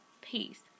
peace